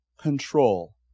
control